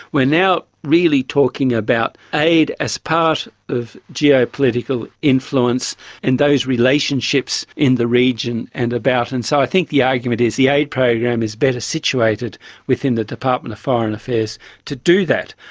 we're now really talking about aid as part of geopolitical influence and those relationships in the region and about. and so i think the argument is the aid program is better situated within the department of foreign affairs to do that.